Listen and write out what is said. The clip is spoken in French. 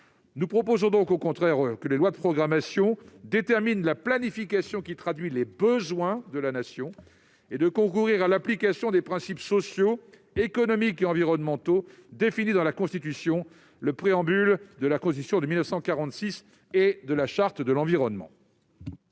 Nous proposons donc au contraire que les lois de programmation déterminent une planification traduisant les besoins de la Nation, et concourent à l'application des principes sociaux, économiques et environnementaux définis dans la Constitution, le préambule de la Constitution de 1946 et la Charte de l'environnement